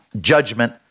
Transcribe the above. Judgment